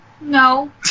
No